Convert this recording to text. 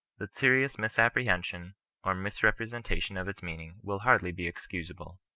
that serious misapprehension or misrepre sentation of its meaning will hardly be excusable.